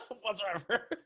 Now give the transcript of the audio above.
whatsoever